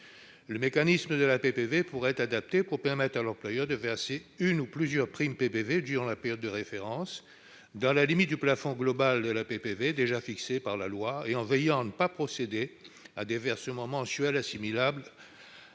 Le mécanisme de la PPV pourrait être adapté pour permettre à l'employeur de verser une ou plusieurs PPV durant la période de référence, dans la limite du montant du plafond global de la PPV déjà fixé par la loi, en veillant à ne pas procéder à des versements mensuels assimilables